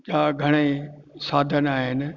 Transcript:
जा घणे साधन आहिनि